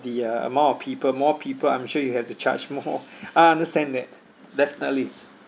the uh amount of people more people I'm sure you have to charge more uh understand that definitely